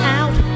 out